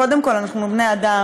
קודם כול אנחנו בני-אדם,